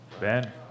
Ben